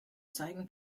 zeigen